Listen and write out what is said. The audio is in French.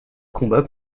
combat